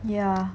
ya